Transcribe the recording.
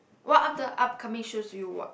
what other upcoming shows do you watch